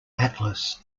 atlas